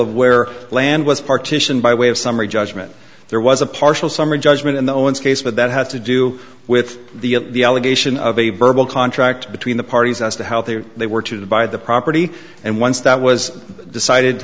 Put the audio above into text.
of where land was partitioned by way of summary judgment there was a partial summary judgment in the owens case but that had to do with the the allegation of a verbal contract between the parties as to how they were they were to divide the property and once that was decided